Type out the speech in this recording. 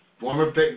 former